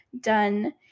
done